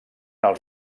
els